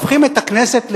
הופכים את הכנסת לתיאטרון,